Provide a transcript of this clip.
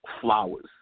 flowers